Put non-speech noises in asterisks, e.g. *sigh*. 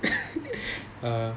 *laughs* err